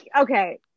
okay